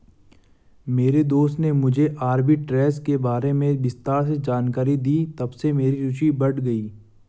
मेरे दोस्त ने मुझे आरबी ट्रेज़ के बारे में विस्तार से जानकारी दी तबसे मेरी रूचि बढ़ गयी